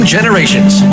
Generations